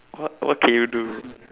what what can you do